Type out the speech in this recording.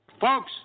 Folks